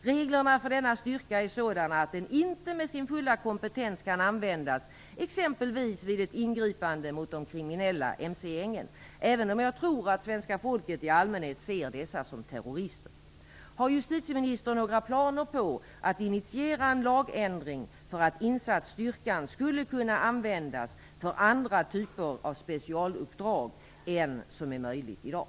Reglerna för denna styrka är sådana att den inte med sin fulla kompetens kan användas vid exempelvis ett ingripande mot de kriminella mc-gängen, även om jag tror att svenska folket i allmänhet ser dessa som terrorister. Har justitieministern några planer på att initiera en lagändring för att insatsstyrkan skall kunna användas för andra typer av specialuppdrag än vad som är möjligt i dag?